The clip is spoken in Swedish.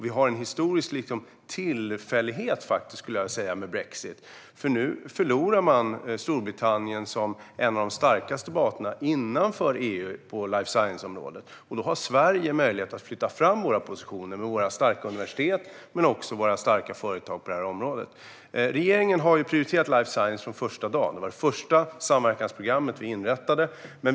Vi har ett historiskt tillfälle med brexit, för nu förlorar man Storbritannien som en av de starkaste parterna innanför EU på life science-området. Då har vi i Sverige möjlighet att flytta fram våra positioner med våra starka universitet men också våra starka företag på detta område. Regeringen har prioriterat life science från första dagen. Det var det första samverkansprogram som vi inrättade.